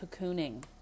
cocooning